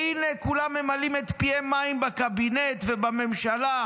והינה, כולם ממלאים את פיהם מים בקבינט ובממשלה,